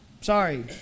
Sorry